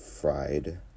fried